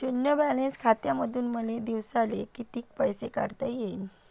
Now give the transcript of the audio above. शुन्य बॅलन्स खात्यामंधून मले दिवसाले कितीक पैसे काढता येईन?